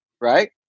right